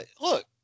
look